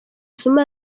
zuma